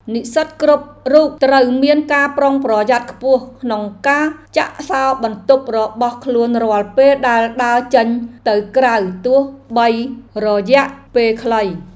និស្សិតគ្រប់រូបត្រូវមានការប្រុងប្រយ័ត្នខ្ពស់ក្នុងការចាក់សោរបន្ទប់របស់ខ្លួនរាល់ពេលដែលដើរចេញទៅក្រៅទោះបីរយៈពេលខ្លី។